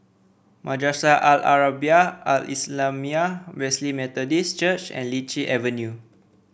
Madrasah Al Arabiah Al Islamiah Wesley Methodist Church and Lichi Avenue